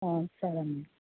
సరేమ్మా